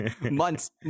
months